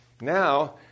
Now